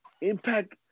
Impact